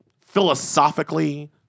philosophically